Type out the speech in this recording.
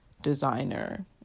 designer